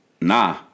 nah